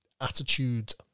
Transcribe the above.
Attitude